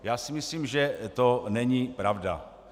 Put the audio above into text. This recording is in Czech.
Já si myslím, že to není pravda.